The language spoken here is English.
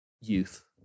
youth